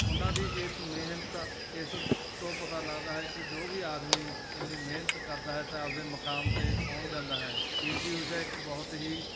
ਉਹਨਾਂ ਦੀ ਇਸ ਮਿਹਨਤ ਇਸ ਤੋਂ ਪਤਾ ਲੱਗਦਾ ਹੈ ਕਿ ਜੋ ਵੀ ਆਦਮੀ ਇੰਨੀ ਮਿਹਨਤ ਕਰਦਾ ਹੈ ਤਾਂ ਆਪਦੇ ਮੁਕਾਮ 'ਤੇ ਪਹੁੰਚ ਜਾਂਦਾ ਹੈ ਟੀ ਊਸ਼ਾ ਇੱਕ ਬਹੁਤ ਹੀ